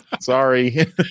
Sorry